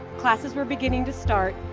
classes were beginning to start,